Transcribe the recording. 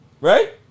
Right